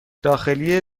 داخلی